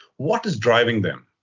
what is driving them?